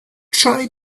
try